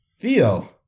Theo